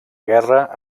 guerra